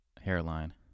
hairline